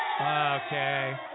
Okay